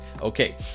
Okay